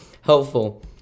Helpful